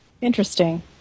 Interesting